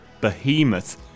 behemoth